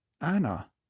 Anna